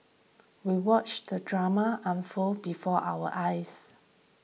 we watched the drama unfold before our eyes